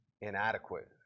inadequate